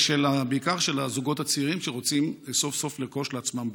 ובעיקר של הזוגות הצעירים שרוצים סוף-סוף לרכוש לעצמם בית.